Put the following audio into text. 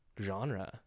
genre